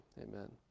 Amen